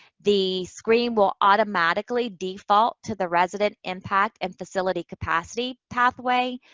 the screen will automatically default to the resident impact and facility capacity pathway.